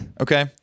Okay